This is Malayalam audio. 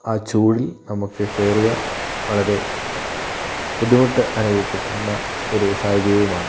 ആ ചൂടിൽ നമ്മക്ക് കേറിയ വളരെ ബുദ്ധിമുട്ട് അനുഭവപ്പെട്ടിരുന്ന ഒരു സാഹചര്യമാണ്